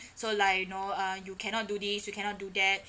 so like you know uh you cannot do this you cannot do that